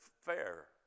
fair